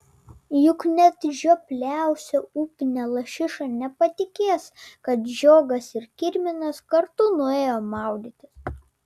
juk net žiopliausia upinė lašiša nepatikės kad žiogas ir kirminas kartu nuėjo maudytis